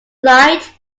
light